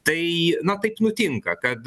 tai na taip nutinka kad